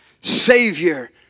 savior